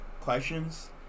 questions